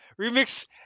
Remix